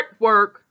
artwork